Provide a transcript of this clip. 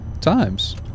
Times